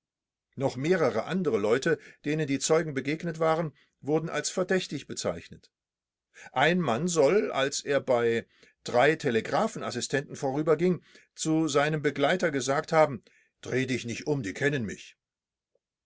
noch mehrere andere leute denen die zeugen begegnet waren wurden als verdächtig bezeichnet ein mann soll als er bei drei telegraphen assistenten vorüberging zu seinem begleiter gesagt haben dreh dich nicht um die kennen mich